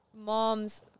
mom's